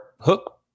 Hook